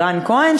רן כהן,